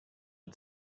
had